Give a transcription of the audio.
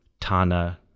Tana